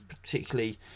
particularly